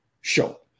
show